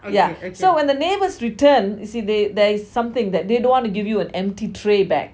so when the neighbours return see they~ there is something they don't want to give you an empty tray back